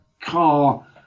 car